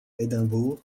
édimbourg